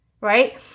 right